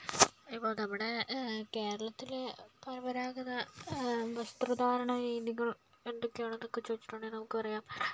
ഇപ്പോൾ നമ്മുടെ കേരളത്തിലെ പരമ്പരാഗത വസ്ത്രധാരണ രീതികൾ എന്തൊക്കെയാണെന്നൊക്കെ ചോദിച്ചിട്ടുണ്ടെങ്കിൽ നമുക്ക് പറയാം